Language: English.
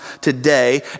today